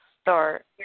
start